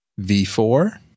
V4